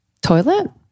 Toilet